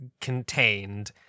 contained